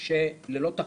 ללא תחתית.